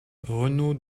renaud